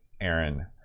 Aaron